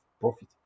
Profit